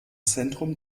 zentrum